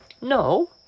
No